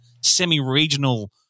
semi-regional